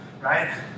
Right